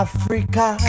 Africa